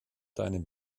deinem